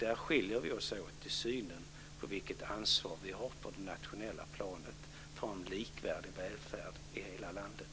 Där skiljer vi oss åt i synen på vilket ansvar vi har på det nationella planet för en likvärdig välfärd i hela landet.